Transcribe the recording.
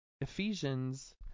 Ephesians